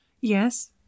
Yes